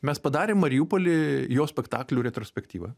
mes padarėm mariupoly jo spektaklių retrospektyvą